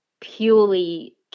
purely